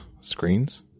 screens